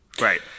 Right